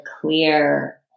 clear